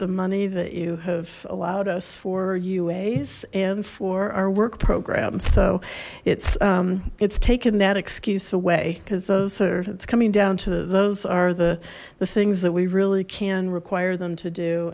the money that you have allowed us for uae's and for our work program so it's it's taken that excuse away because those are it's coming down to those are the the things that we really can require them to do